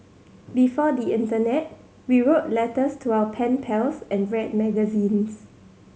before the internet we wrote letters to our pen pals and read magazines